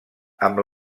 amb